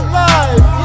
life